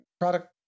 product